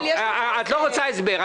את לא רוצה הסבר.